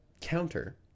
counter